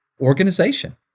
organization